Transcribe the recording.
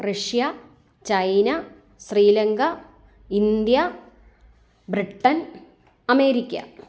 Russia China Sri Lanka India Britain America